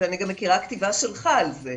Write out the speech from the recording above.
ואני גם מכירה כתיבה שלך על זה.